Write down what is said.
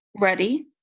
ready